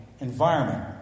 environment